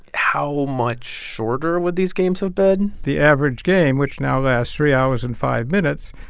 how much shorter would these games have been? the average game, which now lasts three hours and five minutes,